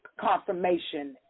confirmation